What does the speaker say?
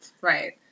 Right